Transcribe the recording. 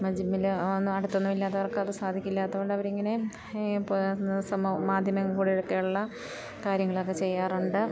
ജിമ്മിൽ ഒന്നും അടുത്തൊന്നും ഇല്ലാത്തവർക്ക് അത് സാധിക്കില്ലാത്തതുകൊണ്ട് അവരിങ്ങനെ മാധ്യമങ്ങളിൽ കൂടിയൊക്കെയുള്ള കാര്യങ്ങളൊക്കെ ചെയ്യാറുണ്ട്